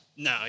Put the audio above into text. No